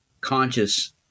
conscious